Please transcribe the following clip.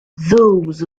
those